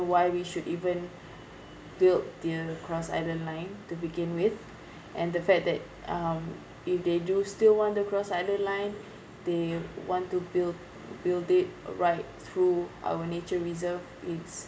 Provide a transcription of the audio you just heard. why we should even build the cross island line to begin with and the fact that um if they do still want the cross island line they want to build build it right through our nature reserve is